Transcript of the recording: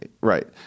Right